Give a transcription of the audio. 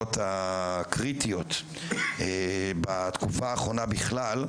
מהבעיות הקריטיות בתקופה האחרונה בכלל,